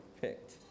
picked